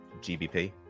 GBP